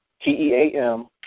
T-E-A-M